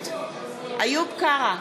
נגד איוב קרא,